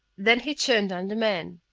then he turned on the man.